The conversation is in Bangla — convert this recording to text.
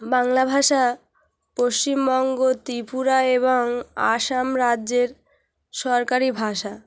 বাংলা ভাষা পশ্চিমবঙ্গ ত্রিপুরা এবং আসাম রাজ্যের সরকারি ভাষা